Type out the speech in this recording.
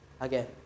again